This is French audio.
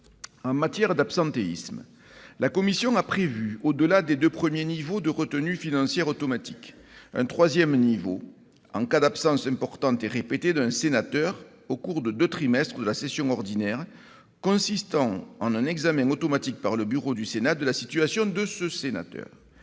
En matière d'absentéisme, la commission a prévu, au-delà des deux premiers niveaux de retenue financière automatique, un troisième niveau, en cas d'absences importantes et répétées d'un sénateur au cours de deux trimestres de la session ordinaire, consistant en un examen automatique par le bureau du Sénat de la situation de ce sénateur.